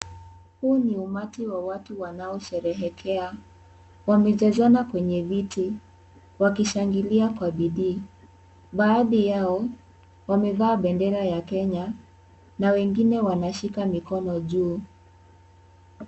Huu ni umati wa watu wanaosherehekea wamejezana kwenye viti wakishangilia kwa bidii, baadhi yao wamevaa bendera ya na wengine wanashika mikono juu.